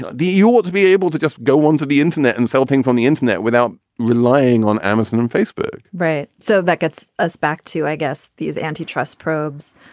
you ought to be able to just go onto the internet and sell things on the internet without relying on amazon and facebook right. so that gets us back to, i guess, these anti-trust probes.